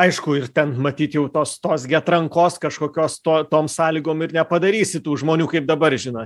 aišku ir ten matyt jau tos tos gi atrankos kažkokios to tom sąlygom ir nepadarysi tų žmonių kaip dabar žinot